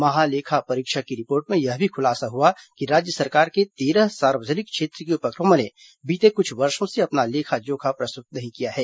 महालेखा परीक्षक की रिपोर्ट में यह भी खुलासा हुआ कि राज्य सरकार के तेरह सार्वजनिक क्षेत्र के उपक्रमों ने बीते कुछ वर्षो से अपना लेखा जोखा प्रस्तुत नहीं किया है